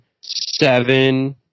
Seven